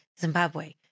Zimbabwe